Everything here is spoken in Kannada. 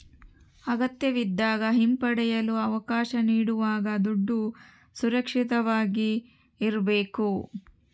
ಅಗತ್ಯವಿದ್ದಾಗ ಹಿಂಪಡೆಯಲು ಅವಕಾಶ ನೀಡುವಾಗ ದುಡ್ಡು ಸುರಕ್ಷಿತವಾಗಿ ಇರ್ಬೇಕು